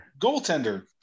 Goaltender